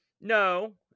No